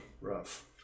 Rough